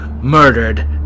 murdered